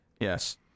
Yes